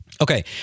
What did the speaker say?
Okay